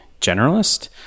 generalist